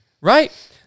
right